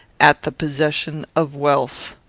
at the possession of wealth.